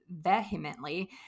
vehemently